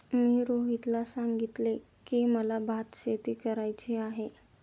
मी रोहितला सांगितले की, मला भातशेती करायची आहे